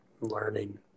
learning